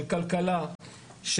כלכלה,